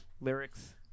lyrics